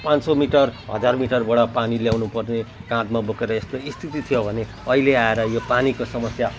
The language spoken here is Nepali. पाँच सय मिटर हजार मिटरबाट पानी ल्याउनु पर्ने काँधमा बोकेर यस्तो स्थिति थियो भने अहिले आएर यो पानीको समस्या